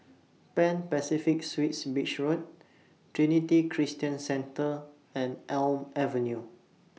Pan Pacific Suites Beach Road Trinity Christian Centre and Elm Avenue